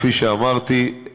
כפי שאמרתי,